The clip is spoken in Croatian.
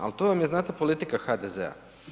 Ali to vam je znate politika HDZ-a.